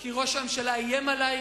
כי ראש הממשלה איים עלי.